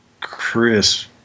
Chris